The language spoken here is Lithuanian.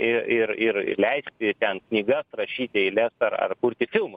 i ir ir leisti ten knygas rašyti eiles ar ar kurti filmus